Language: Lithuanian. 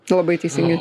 labai teisingai